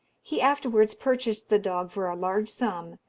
he afterwards purchased the dog for a large sum,